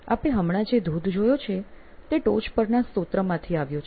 આપે હમણાં જે ધોધ જોયો છે તે ટોચ પરનાં સ્રોતમાંથી આવ્યો છે